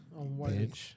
Bitch